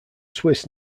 swiss